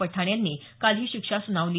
पठाण यांनी काल ही शिक्षा सुनावली